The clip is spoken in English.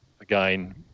Again